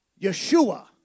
Yeshua